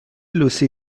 لوسی